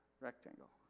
rectangle